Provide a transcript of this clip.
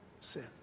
sin